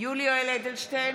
יולי יואל אדלשטיין,